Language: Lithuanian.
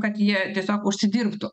kad jie tiesiog užsidirbtų